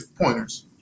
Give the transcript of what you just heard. pointers